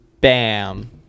Bam